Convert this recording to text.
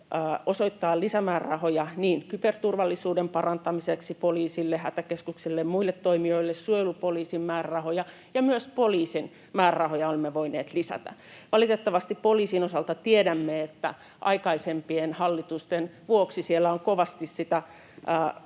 osoittaa lisämäärärahoja kyberturvallisuuden parantamiseksi poliisille, Hätäkeskukselle ja muille toimijoille, ja suojelupoliisin määrärahoja — ja myös poliisin määrärahoja — olemme voineet lisätä. Valitettavasti poliisin osalta tiedämme, että aikaisempien hallitusten vuoksi siellä on kovasti sitä